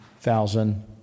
thousand